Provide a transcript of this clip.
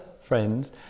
friends